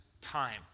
time